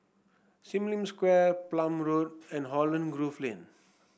Sim Lim Square Palm Road and Holland Grove Lane